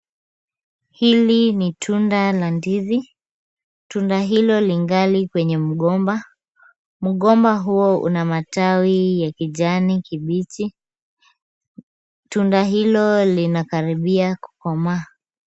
Hili ni tunda la ndizi. Tunda hilo lingali kwenye mgomba. Mgomba huo una matawi ya kijani kibichi. Tunda hilo linakaribia kukomaa.